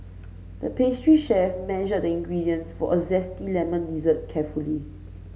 the pastry chef measured the ingredients for a zesty lemon dessert carefully